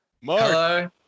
Hello